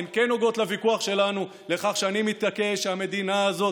הן כן נוגעות לוויכוח שלנו על כך שאני מתעקש שהמדינה הזאת